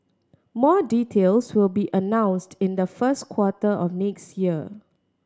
more details will be announced in the first quarter of next year